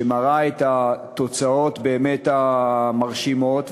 שמראה את התוצאות הבאמת-מרשימות,